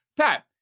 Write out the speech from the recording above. Pat